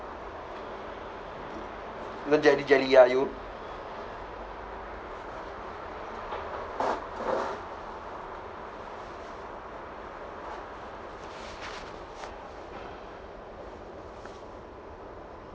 don't jelly jelly ah you